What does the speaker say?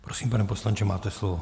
Prosím, pane poslanče, máte slovo.